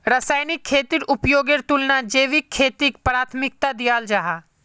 रासायनिक खेतीर उपयोगेर तुलनात जैविक खेतीक प्राथमिकता दियाल जाहा